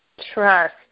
Trust